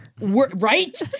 Right